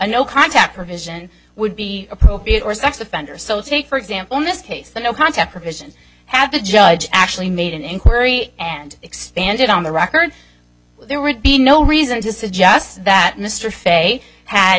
no contact provision would be appropriate or sex offender so take for example in this case the no contest provision have the judge actually made an inquiry and expanded on the record there would be no reason to suggest that mr fay had